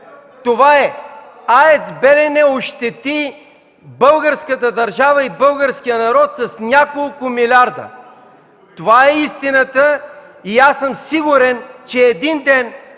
Това е. АЕЦ „Белене” ощети българската държава и българския народ с няколко милиарда. Това е истината и аз съм сигурен, че един ден